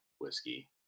whiskey